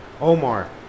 Omar